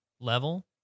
level